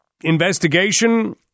investigation